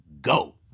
Go